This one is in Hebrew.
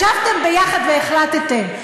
ישבתם יחד והחלטתם.